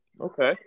Okay